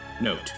Note